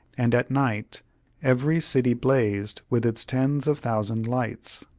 and at night every city blazed with its tens of thousand lights.